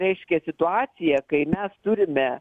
reiškia situacija kai mes turime